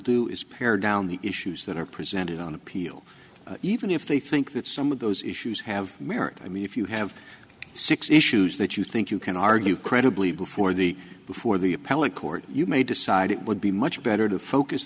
do is pared down the issues that are presented on appeal even if they think that some of those issues have merit i mean if you have six issues that you think you can argue credibly before the before the appellate court you may decide it would be much better to focus